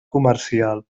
comercial